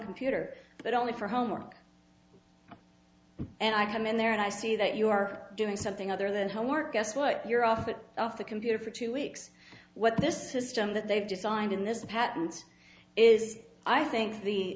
computer but only for homework and i come in there and i see that you are doing something other than homework guess what you're off it off the computer for two weeks what this system that they've designed in this patents is i think the